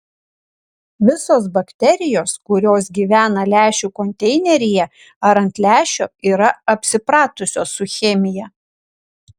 visos bakterijos kurios gyvena lęšių konteineryje ar ant lęšio yra apsipratusios su chemija